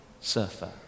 surfer